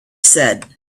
said